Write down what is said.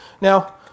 now